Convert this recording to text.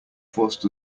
forced